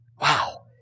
Wow